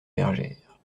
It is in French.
bergère